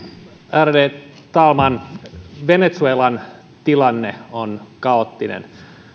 ärade talman venezuelan tilanne on kaoottinen